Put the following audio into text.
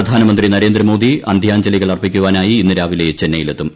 പ്രധാനമന്ത്രി നരേന്ദ്രമോദി അന്ത്യാഞ്ജലികൾ അർപ്പിക്കുവാനായി ഇന്ന് രാവിലെ ചെന്നൈയിലെത്തും